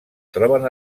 troben